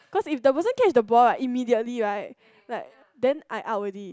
because if the person catch the ball right immediately right like then I out already